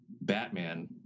Batman